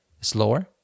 slower